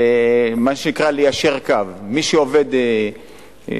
ומה שנקרא "ליישר קו": מי שעובד יומית